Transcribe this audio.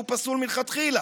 שהוא פסול מלכתחילה,